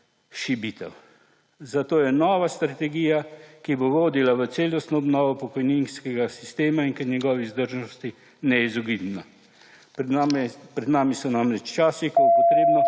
šibitev. Zato je nova strategija, ki bo vodila v celostno obnovo pokojninskega sistema in k njegovi vzdržnosti, neizogibna. Pred nami so namreč časi, ko je potrebno